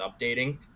updating